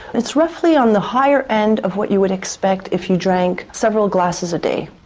it's roughly on the higher end of what you would expect if you drank several glasses a day.